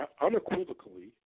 unequivocally